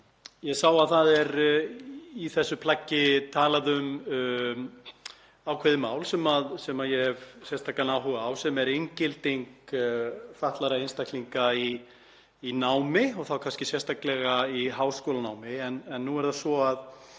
ég sá að það er í þessu plaggi talað um ákveðið mál sem ég hef sérstakan áhuga á, sem er inngilding fatlaðra einstaklinga í námi og þá kannski sérstaklega í háskólanámi. Nú er það svo að